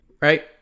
Right